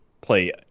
play